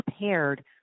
prepared